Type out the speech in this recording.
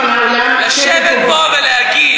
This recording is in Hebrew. אני מבקש, אני מבקש ממך להפסיק.